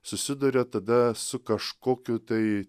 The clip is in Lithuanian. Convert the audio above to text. susiduria tada su kažkokiu tai